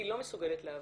היא לא מסוגלת לעבוד.